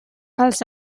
als